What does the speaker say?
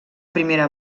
primera